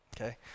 okay